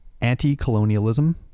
Anti-Colonialism